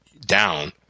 down